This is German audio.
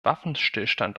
waffenstillstand